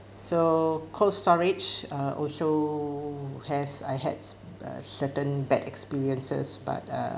so cold storage uh also has I had a certain bad experiences but uh